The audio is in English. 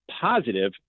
positive